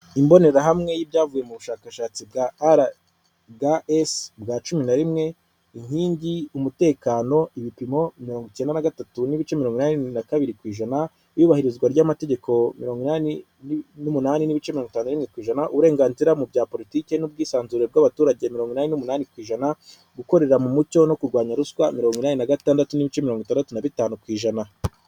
Imbonerahamwe y'ibyavuye mu bushakashatsi bwa RS bwa cumi na rimwe inkingi umutekano ibipimo mirongo icyenda na gatatu n'ibiceani naka kabiri ku ijana, iyubahirizwa ry'amategeko miro inani n'umunani n'ibice mirongo itani ku ijana, uburenganzira mu bya politiki n'ubwisanzure bw'abaturage mirongo inani n''umunani ku ijana gukorera mu mucyo no kurwanya ruswa mirongo inani n'agatandatu n'ibice mirongo itandatu na bitanu ku ijana.